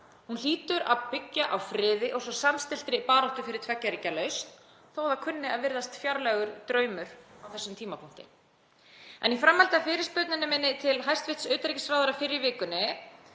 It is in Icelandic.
Hún hlýtur að byggja á friði og svo samstilltri baráttu fyrir tveggja ríkja lausn þó að það kunni að virðast fjarlægur draumur á þessum tímapunkti. Í framhaldi af fyrirspurn minni til hæstv. utanríkisráðherra fyrr í vikunni